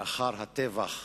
לאחר הטבח